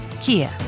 Kia